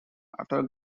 after